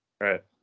Right